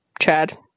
Chad